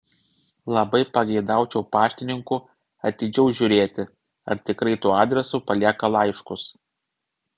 labai pageidaučiau paštininkų atidžiau žiūrėti ar tikrai tuo adresu palieka laiškus